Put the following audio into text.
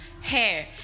hair